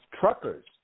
truckers